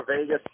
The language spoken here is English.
Vegas